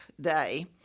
Day